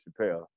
Chappelle